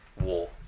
war